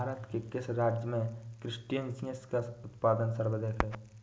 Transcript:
भारत के किस राज्य में क्रस्टेशियंस का उत्पादन सर्वाधिक होता है?